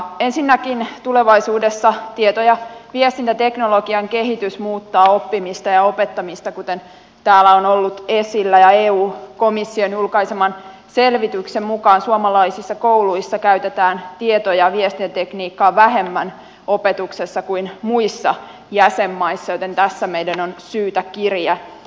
ensinnäkin tulevaisuudessa tieto ja viestintäteknologian kehitys muuttaa oppimista ja opettamista kuten täällä on ollut esillä ja eu komission julkaiseman selvityksen mukaan suomalaisissa kouluissa käytetään tieto ja viestintätekniikkaa opetuksessa vähemmän kuin muissa jäsenmaissa joten tässä meidän on syytä kiriä